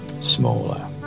smaller